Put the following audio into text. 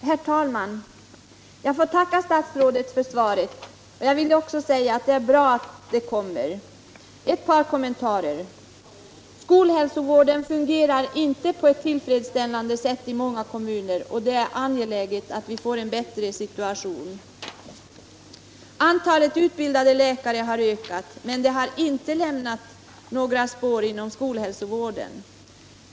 Herr talman! Jag får tacka statsrådet för svaret, och jag vill också säga att det är bra att det kommer en proposition. Ett par kommentarer! Skolhälsovården fungerar inte på ett tillfredsställande sätt i många kommuner. Det är angeläget att vi får en bättre situation. Antalet utbildade läkare har visserligen ökat, men detta har inte lämnat — Nr 39 några spår inom skolhälsovården.